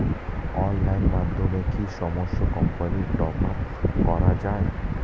অনলাইনের মাধ্যমে কি সমস্ত কোম্পানির টপ আপ করা যায়?